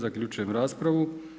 Zaključujem raspravu.